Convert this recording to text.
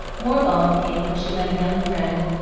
more balm came when she met a young friend,